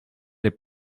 les